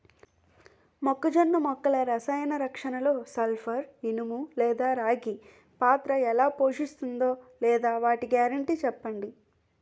మొక్కజొన్న మొక్కల రసాయన రక్షణలో సల్పర్, ఇనుము లేదా రాగి పాత్ర ఎలా పోషిస్తుందో లేదా వాటి గ్యారంటీ చెప్పండి